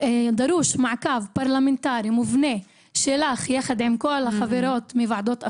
דרוש מעקב פרלמנטרי מובנה שלך יחד עם כל החברות בוועדות אחרות,